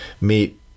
meet